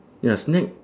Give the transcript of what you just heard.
ya snack